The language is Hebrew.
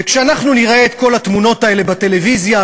כשאנחנו נראה את כל התמונות האלה בטלוויזיה,